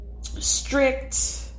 strict